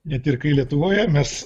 net ir kai lietuvoje mes